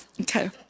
okay